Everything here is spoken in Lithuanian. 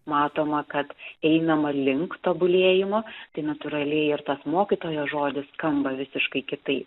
matoma kad einama link tobulėjimo tai natūraliai ir tas mokytojo žodis skamba visiškai kitaip